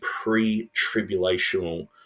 pre-tribulational